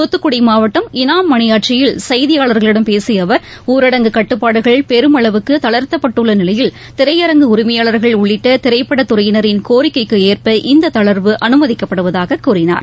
துத்துக்குடி மாவட்டம் இனாம்மனியாச்சியில் செய்தியாளர்களிடம் பேசிய அவர் ஊரடங்கு கட்டுப்பாடுகள் பெருமளவுக்கு தளர்த்தப்பட்டுள்ள நிலையில் திரையரங்கு உரிமையாளர்கள் உள்ளிட்ட திரைப்பட துறையினரின் கோரிக்கைக்கு ஏற்ப இந்த தளர்வு அனுமதிக்கப்படுவதாக கூறினார்